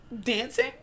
Dancing